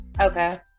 Okay